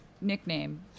nickname